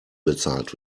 bezahlt